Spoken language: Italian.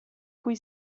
cui